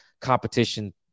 Competition